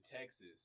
Texas